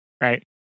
right